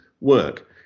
work